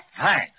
Thanks